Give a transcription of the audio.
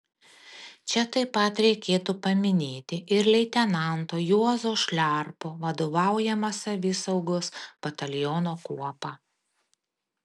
čia taip pat reikėtų paminėti ir leitenanto juozo šliarpo vadovaujamą savisaugos bataliono kuopą